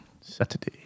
saturday